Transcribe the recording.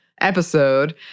episode